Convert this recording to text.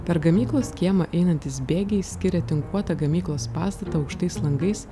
per gamyklos kiemą einantys bėgiai skiria tinkuotą gamyklos pastatą aukštais langais